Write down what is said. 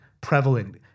prevalent